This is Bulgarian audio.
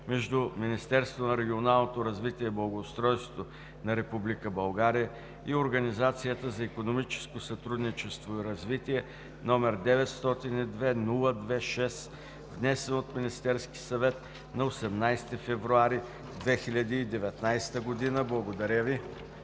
между Министерството на регионалното развитие и благоустройството на Република България и Организацията за икономическо сътрудничество и развитие, № 902-02-6, внесен от Министерския съвет на 18 февруари 2019 г.“ Благодаря Ви.